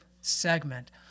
segment